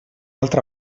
altra